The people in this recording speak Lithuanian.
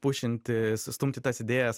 pušinti stumti tas idėjas